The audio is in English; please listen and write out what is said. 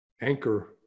anchor